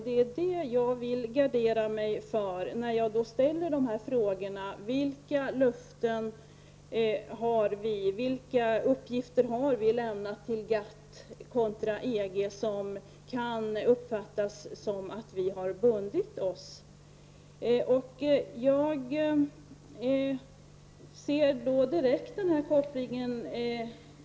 Det är det jag vill gardera mig för när jag ställer frågorna om vilka uppgifter vi har lämnat till GATT kontra EG som kan uppfattas som att vi har bundit oss. Jag ser direkt denna koppling.